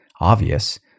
obvious